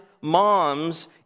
moms